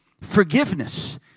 Forgiveness